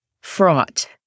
fraught